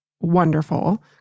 wonderful